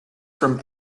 from